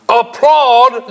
applaud